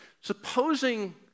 supposing